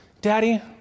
Daddy